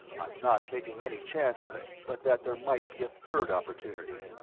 i'm not taking any chances but that there might be a third opportunity.